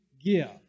give